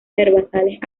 herbazales